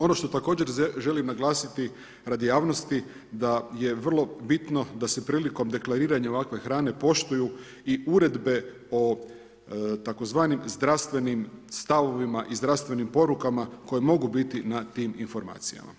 Ono što također želim naglasiti radi javnosti da je vrlo bitno da se prilikom deklariranja ovakve hrane poštuju i uredbe o tzv. zdravstvenim stavovima i zdravstvenim porukama koje mogu biti na tim informacijama.